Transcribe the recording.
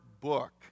book